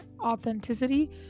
authenticity